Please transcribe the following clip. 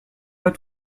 pas